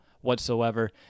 whatsoever